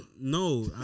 no